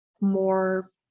more